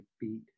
beat